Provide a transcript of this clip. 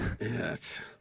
Yes